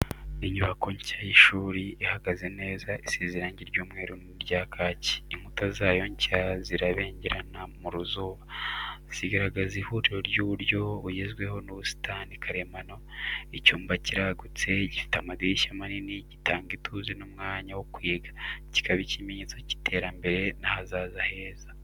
Inyubako nshya y’ishuri ihagaze neza, isize irangi ry’umweru n’irya kaki. Inkuta zayo nshya zirabengerana mu zuba, zigaragaza ihuriro ry’uburyo bugezweho n’ubusitani karemano. Icyumba kiragutse, gifite amadirishya manini, gitanga ituze n’umwanya wo kwiga, kikaba ikimenyetso cy’iterambere n’ahazaza heza.